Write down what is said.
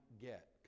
get